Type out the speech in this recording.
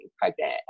pregnant